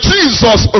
Jesus